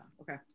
Okay